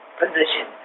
position